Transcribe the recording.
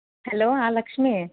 hello Lakshmi